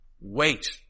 wait